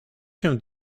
się